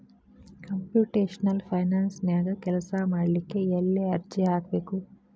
Computational ಫೈನಾನ್ಸನ್ಯಾಗ ಕೆಲ್ಸಾಮಾಡ್ಲಿಕ್ಕೆ ಎಲ್ಲೆ ಅರ್ಜಿ ಹಾಕ್ಬೇಕು?